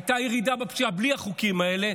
הייתה ירידה בפשיעה בלי החוקים האלה,